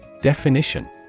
Definition